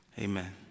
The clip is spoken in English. Amen